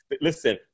Listen